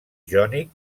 jònic